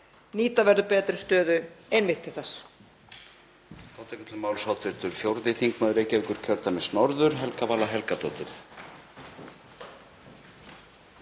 Nýta verður betri stöðu einmitt til þess.